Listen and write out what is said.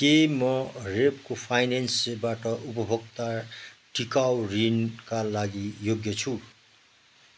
के म रेप्को फाइनेन्सबाट उपभोक्ता टिकाउ ऋणका लागि योग्य छु